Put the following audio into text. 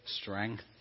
strength